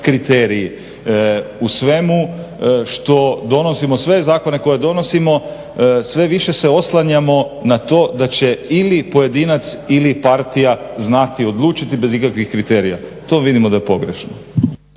kriteriji. U svemu što donosimo, sve zakone koje donosimo, sve više se oslanjamo na to da će ili pojedinac ili partija znati odlučiti bez ikakvih kriterija. To vidimo da je pogrešno.